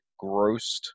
grossed